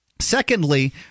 Secondly